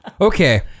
Okay